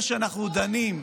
תזכורת להחליף תקליט.